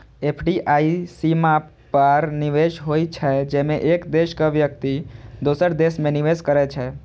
FDI सीमा पार निवेश होइ छै, जेमे एक देशक व्यक्ति दोसर देश मे निवेश करै छै